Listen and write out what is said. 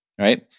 right